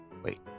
Wait